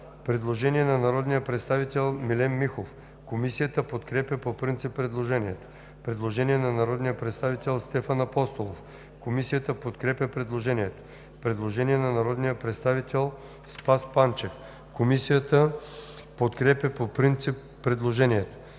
предложение на народния представител Милен Михов. Комисията подкрепя по принцип предложението. Предложение на народния представител Стефан Апостолов. Комисията подкрепя предложението. Предложение на народния представител Спас Панчев. Комисията подкрепя по принцип предложението.